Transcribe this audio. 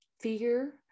fear